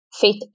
fit